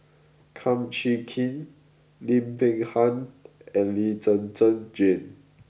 Kum Chee Kin Lim Peng Han and Lee Zhen Zhen Jane